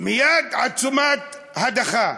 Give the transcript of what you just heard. מייד עצומת הדחה.